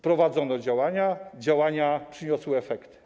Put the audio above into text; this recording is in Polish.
Prowadzono działania, działania przyniosły efekty.